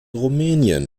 rumänien